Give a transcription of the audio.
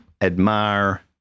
admire